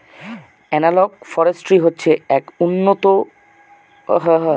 analogue forestry হচ্ছে এক উন্নতম বন সংরক্ষণের নিয়ম